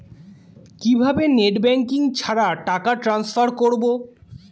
কিভাবে net banking ছাড়া টাকা টান্সফার করব?